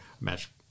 match